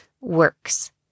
works